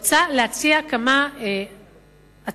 שרוצה להציע כמה הצעות,